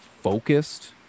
focused